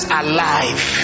alive